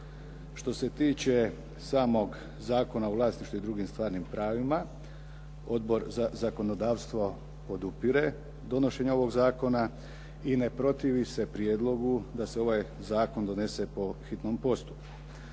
Što se tiče samog Zakona o vlasništva i drugim stvarnim pravima, Odbor za zakonodavstvo podupire donošenje ovog zakona i ne protivi se prijedlogu da se ovaj zakon donese po hitnom postupku.